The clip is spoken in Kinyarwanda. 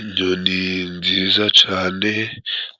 Inyoni nziza cane